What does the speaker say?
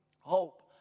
hope